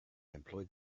employed